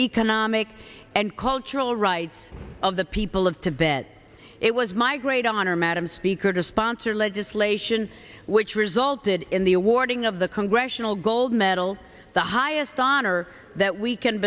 economic and cultural rights of the people of tibet it was my great honor madam speaker to sponsor legislation which resulted in the awarding of the congressional gold medal the highest honor that we can